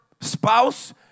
spouse